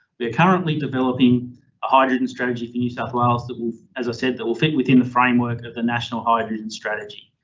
currently developing a hydrogen strategy for new south wales that will, as i said, that will fit within the framework of the national hydrogen strategy.